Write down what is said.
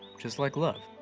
just like love.